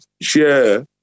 share